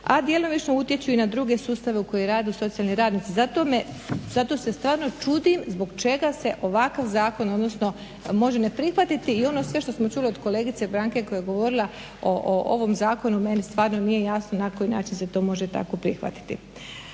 a djelomično utječu i na druge sustave u kojima rade socijalni radnici. Zato se stvarno čudim zbog čega se ovakav zakon, odnosno može ne prihvatiti. I ono sve što smo čuli od kolegice Branke koja je govorila o ovom zakonu meni stvarno nije jasno na koji način se to može tako prihvatiti.